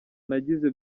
nagize